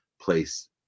place